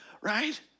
Right